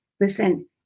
Listen